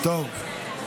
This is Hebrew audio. טוב.